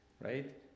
Right